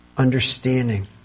understanding